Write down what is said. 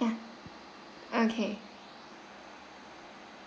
ya okay